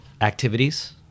activities